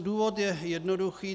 Důvod je jednoduchý.